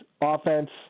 offense